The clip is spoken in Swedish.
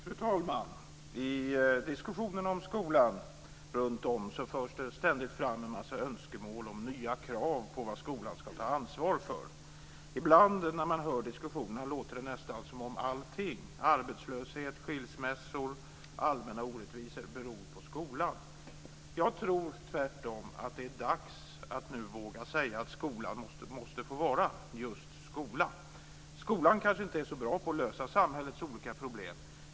Fru talman! I diskussionen om skolan runtom förs det ständigt fram en massa önskemål om och nya krav på vad skolan ska ta ansvar för. Ibland, när man hör diskussionen, låter det nästan som om allting - arbetslöshet, skilsmässor, allmänna orättvisor - beror på skolan. Jag tror tvärtom att det är dags att nu våga säga att skolan måste få vara just skola. Skolan kanske inte är så bra på att lösa samhällets olika problem.